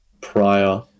prior